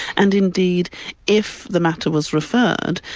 and indeed if the matter was referred,